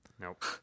Nope